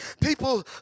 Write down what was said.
People